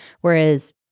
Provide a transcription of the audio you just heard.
whereas